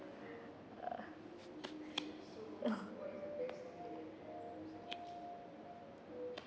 uh uh